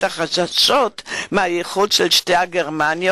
החששות מפני האיחוד של שתי מדינות גרמניה